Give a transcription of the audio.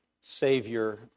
Savior